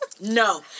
No